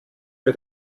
bei